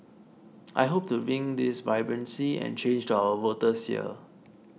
I hope to bring this vibrancy and change to our voters here